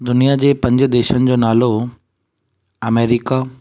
दुनिया जे पंज देशनि जो नालो अमेरिका